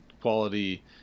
quality